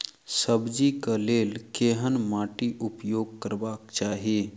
सब्जी कऽ लेल केहन माटि उपयोग करबाक चाहि?